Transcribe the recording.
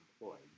employ